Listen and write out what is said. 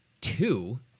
two